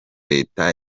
leta